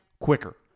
quicker